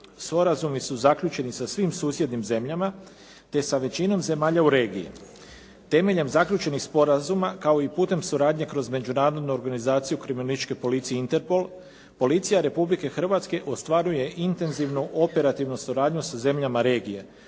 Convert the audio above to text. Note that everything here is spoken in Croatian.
Sporazumi su zaključeni sa svim susjednim zemljama, te sa većinom zemalja u regiji. Temeljem zaključenih sporazuma kao i putem suradnje kroz Međunarodnu organizaciju kriminalističke policije Interpol policija Republike Hrvatske ostvaruje intenzivnu operativnu suradnju sa zemljama regije,